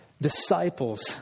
disciples